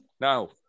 Now